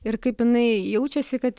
ir kaip jinai jaučiasi kad